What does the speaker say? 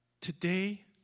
today